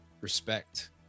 respect